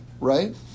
right